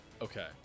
Okay